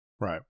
right